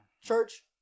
Church